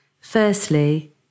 Firstly